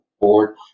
board